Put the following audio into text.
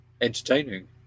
entertaining